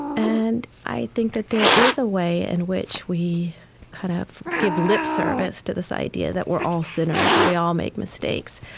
and i think that there is a way in which we kind of give lip service to this idea that we're all sinners, or we all make mistakes.